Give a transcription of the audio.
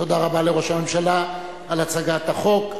תודה רבה לראש הממשלה על הצגת החוק.